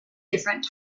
different